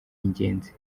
ingenzi